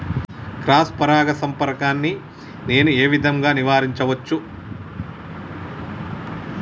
Cross పరాగ సంపర్కాన్ని నేను ఏ విధంగా నివారించచ్చు?